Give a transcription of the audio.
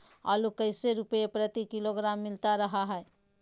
आलू कैसे रुपए प्रति किलोग्राम मिलता रहा है?